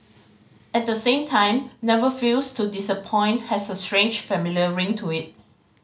at the same time never fails to disappoint has a strange familiar ring to it